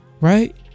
right